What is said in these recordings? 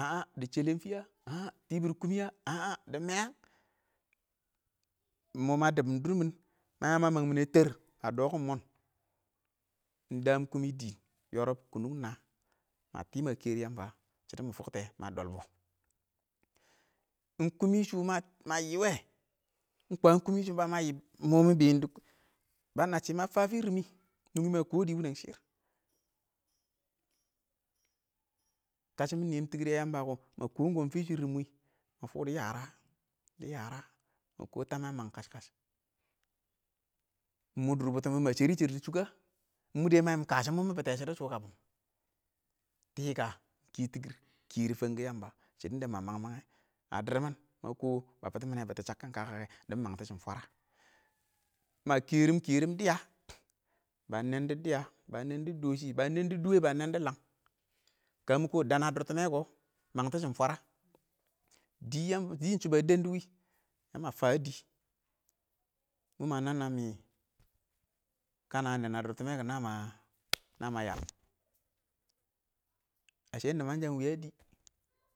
A an dɪ shɛlɛng fɪ, a an tɪbɪr kʊmɪ, a an dɪ mɛɛh, ɪng mɔ mə dɪkɪn dʊrmɪn məyʒ məməngmɪnɛ təər ə dɔkʊn mɔɔn, ɪng dəə n kʊmɪ ɪng dɪɪn,yorob, kʊnʊng, ɪng nəə, ɪng tɪ mə kɛrɪ ɪng yəmbə shɪdɔ mʊ fʊktʊ kɛ ɪng mə dɔlbɔ, ɪng kʊmɪ ɪng shɔ mə yɪwɛ ɪng fəm kʊmɪ ɪng shɔ mə mə yɪ ɪng mɔ mɪ bɛɛn dɪ kɔ, bə mə shɪ mə fəəm fɪrɪ nɪ, nʊngmɪ ə kɔdɛ wʊnɛng shɪr, kəshɪ ɪng nɪn mɪn ɪng tɪkɪr yɛ yəmbə kɔ, mə kɔɔm=kɔɔm fɪ shɪr ɪng wɪ, ɪng mʊ dɪ yərə, dɪ yərə mə kɔɔm təmɛ ə məng kəsh-kəsh, mʊ dʊrbʊtɔ mɪn mə shərɪ shər dɪ chʊkkə ə, mɔ mʊ dɛ mə yɪn ɪng kasɔ mɔ mɪ bɪtɛ shɪ dʊ shʊ kəm, tɪkə kɛ tɪkɪr fɪrɪ kʊwɪ ɪng yəmbə, shɪdo də məng məngyɛ, ə dɪɪrr mɪn mə kɔɔ mə bɪtɪmɪnɛ bɪttɔ shəkkɪn kəkə yɛ dɪng məngtɪshɪm fwərə mə kɛrɪn kɛrɪm dɪyə bə nɛn dɔ dɪyə bə nɛn dʊ dɔshɪ bə nɛndʊ dʊwɛ bə nɛndɔ ləng, kəmɪ kɔɔ dən ə dʊr tɪmmɛ kɔ məng tɪ shɪm fwərə, dɪ yəm dɪ, mʊ mə nəm nəm mɪ kənə ə nɛn ə dʊr tɪmmɛ kʊ nə, nə mə yərɪm, ə shɛ nɪ mən shə ɪng wɪɪ ə dɪ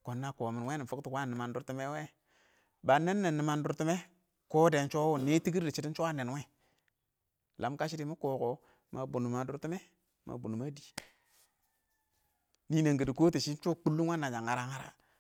kɔn nə kɔmɪn wɛ nɪ fʊktɔ kwən nɪmən dʊrtɪmmɛ wɛ, bə nɛn nɛn nɪmən dʊr tɪmmɛ, kɔɔ dɛn ɪng shɔ wɔ nɛ tɪkɪr shɔ ə nɛn wɛ ləm kəshɪ dɪ mɪ kɔkɔ mə bɔrʊn ə dʊr tɪmmɛ mə bʊnʊnə dɪɪ nɪnɛng kɔtɔ kɪdɪ ɪng shɔ ɪng wəndənsə ə nyərə-nyara.